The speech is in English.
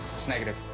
it's negative.